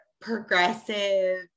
progressive